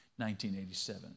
1987